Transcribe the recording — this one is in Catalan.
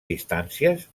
distàncies